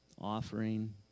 offering